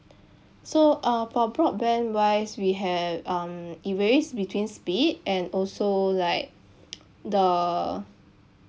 so uh for broadband wise we have um it varies between speed and also like the